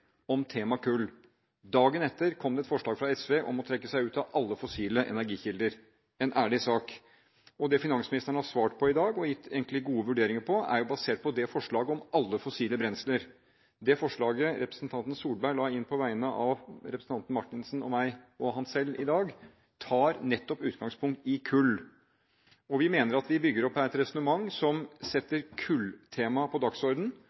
et forslag fra SV om å trekke seg ut av alle fossile energikilder – en ærlig sak. Det finansministeren har svart på i dag og gitt egentlig gode vurderinger av, er basert på forslaget om alle fossile brensler. Det forslaget representanten Tvedt Solberg la inn på vegne av representanten Marthinsen, meg og seg selv i dag, tar nettopp utgangspunkt i kull. Vi mener at vi her bygger opp et resonnement som setter kulltemaet på